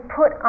put